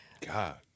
God